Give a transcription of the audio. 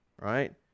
right